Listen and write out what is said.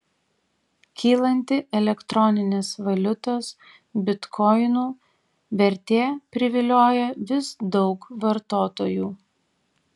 kylanti elektroninės valiutos bitkoinų vertė privilioja vis daug vartotojų